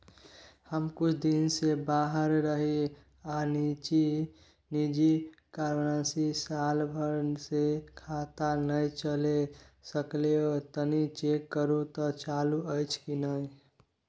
हम कुछ दिन से बाहर रहिये आर निजी कारणवश साल भर से खाता नय चले सकलियै तनि चेक करू त चालू अछि कि नय?